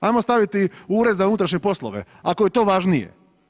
Hajmo staviti Ured za unutrašnje poslove, ako je to važnije.